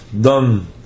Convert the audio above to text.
done